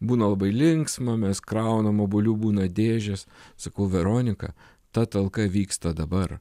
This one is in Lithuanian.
būna labai linksma mes kraunam obuolių būna dėžės sakau veronika ta talka vyksta dabar